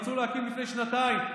רצו להקים לפני שנתיים,